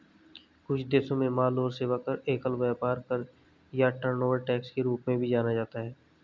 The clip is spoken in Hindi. कुछ देशों में माल और सेवा कर, एकल व्यापार कर या टर्नओवर टैक्स के रूप में भी जाना जाता है